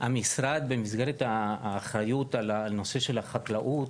המשרד, במסגרת האחריות על הנושא של החקלאות,